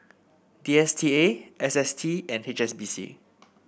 D S T A S S T and H S B C